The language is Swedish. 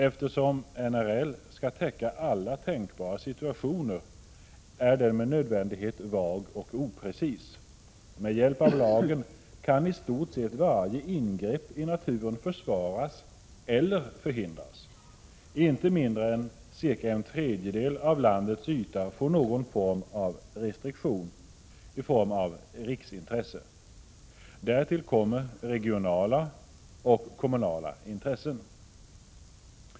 Eftersom NRL skall täcka alla tänkbara situationer är den med nödvändighet vag och oprecis. Med hjälp av lagen kan i stort sett varje ingrepp i naturen försvaras eller förhindras. Inte mindre än cirka en tredjedel av landets yta får någon sorts restriktion i form av riksintressen. Därtill kommer regionala och kommunala intressen.